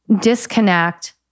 disconnect